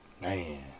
man